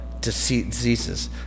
diseases